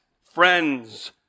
friends